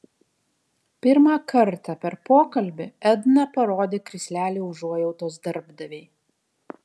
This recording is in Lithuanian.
pirmą kartą per pokalbį edna parodė krislelį užuojautos darbdavei